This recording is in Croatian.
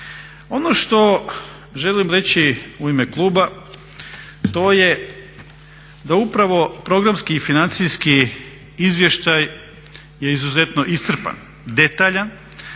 Ono što želim reći u ime kluba to je da upravo programski i financijski izvještaj je izuzetno iscrpan, detaljan.